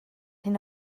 hyn